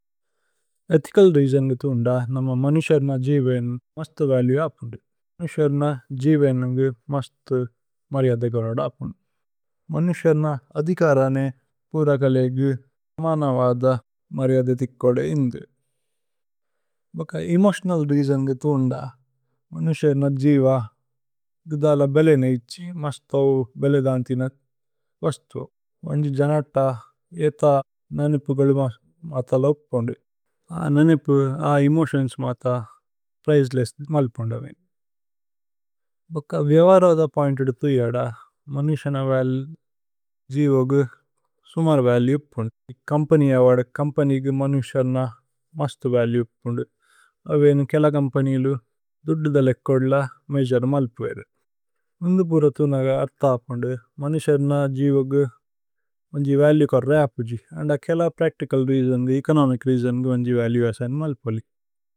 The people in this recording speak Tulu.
ഏഥിചല് രേഅസോന് ഗ ഥുന്ദ നമ മനുശര്ന ജീവേന്। മസ്ഥ് വലുഏ ആപുന്ദു മനുശര്ന ജീവേനന്ഗു മസ്ഥ്। മര്യദഗലോദ് ആപുന്ദു മനുശര്ന അധികരനേ। പൂരകലേഗു മാനവദ മര്യദതിക് കോദേ ഇന്ദു। ബക്ക ഏമോതിഓനല് രേഅസോന് ഗ ഥുന്ദ മനുശര്ന। ജീവ ഗുദല ബേലേന ഇത്ഛി മസ്ഥൌ ബേലേദാന്തിന। വസ്തു। മന്ജു ജനത ഏഥ നനിപുഗലുമ മതല। ആപുന്ദു ആ നനിപു ആ ഏമോതിഓന്സ് മത പ്രിചേലേസ്സ്। മല്പുന്ദു ആവേനു ബക്ക വ്യവരദ പോഇന്തു ദിഥു। ഇഅദ മനുശര്ന ജീവോഗു സുമര് വലുഏ ആപുന്ദു। കമ്പനിയ വദ കമ്പനിഗു മനുശര്ന മസ്ഥ്। വലുഏ ആപുന്ദു ആവേനു കേല കമ്പനിലു ദുദ്ദുദലേ। കോദുല മജര് മല്പുവേരു വിന്ദു പൂരഥു നഗ। അര്ഥ ആപുന്ദു മനുശര്ന ജീവോഗു മന്ജു വലുഏ। കര്രേ ആപുജി അന്ദ കേല പ്രച്തിചല് രേഅസോന് ഗ। ഏചോനോമിച് രേഅസോന് ഗ മന്ജു വലുഏ അസൈന് മല്പുലി।